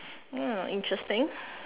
ya interesting